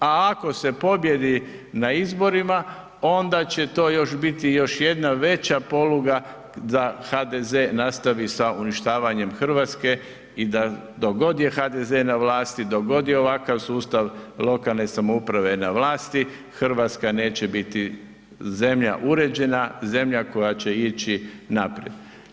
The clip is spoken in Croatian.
A ako se pobjedi na izborima onda će to još biti još jedna veća poluga da HDZ nastavi sa uništavanjem Hrvatske i da dok god je HDZ na vlasti, dok god je ovakav sustav lokalne samouprave na vlasti Hrvatska neće biti zemlja uređena, zemlja koja će ići naprijed.